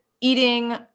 eating